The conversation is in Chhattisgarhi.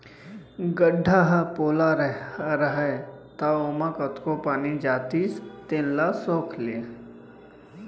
गड्ढ़ा ह पोला रहय त ओमा कतको पानी जातिस तेन ल सोख लय